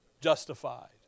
Justified